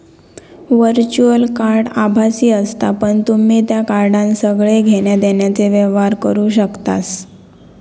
virtual card आभासी असता पण तुम्ही त्या कार्डान सगळे घेण्या देण्याचे व्यवहार करू शकतास